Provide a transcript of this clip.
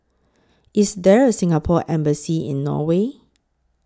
IS There A Singapore Embassy in Norway